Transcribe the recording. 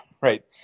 Right